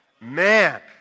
Man